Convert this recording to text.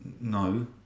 No